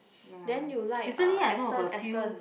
ya recently I know of a few